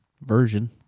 version